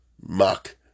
mock